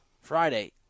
Friday